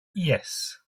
yes